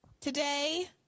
today